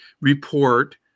report